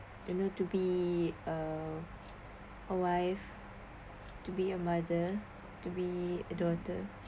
you know to be uh a wife to be a mother to be a daughter